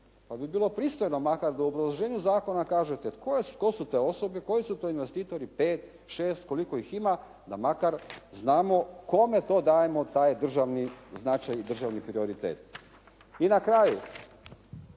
Pa bi bilo pristojno makar da u obrazloženju zakona kažete tko su te osobe, koji su to investitori pet, šest koliko ih ima da makar znamo kome to dajemo taj državni značaj i državni prioritet. I na kraju.